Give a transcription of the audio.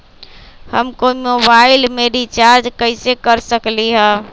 हम कोई मोबाईल में रिचार्ज कईसे कर सकली ह?